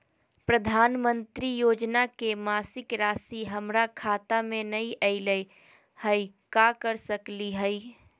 प्रधानमंत्री योजना के मासिक रासि हमरा खाता में नई आइलई हई, का कर सकली हई?